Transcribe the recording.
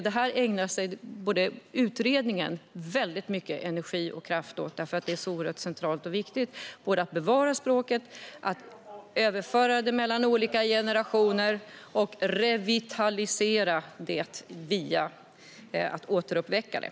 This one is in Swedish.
Detta ägnar utredningen mycket kraft åt eftersom det är så centralt och viktigt att bevara språket, överföra det mellan olika generationer och revitalisera det via att återuppväcka det.